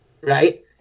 Right